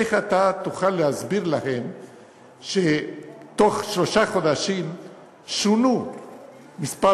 איך אתה תוכל להסביר להם שתוך שלושה חודשים שונו מספר